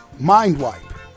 Mindwipe